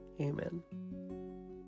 Amen